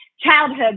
childhood